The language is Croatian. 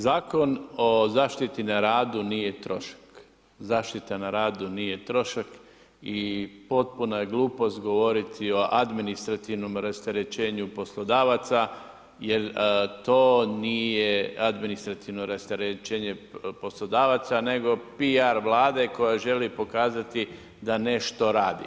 Zakon o zaštiti na radu nije trošak, zaštita na radu nije trošak i potpuno je glupost govoriti o administrativnom rasterećenju poslodavaca jer to nije administrativno rasterećenje poslodavaca nego PR Vlade koja želi pokazati da nešto radi.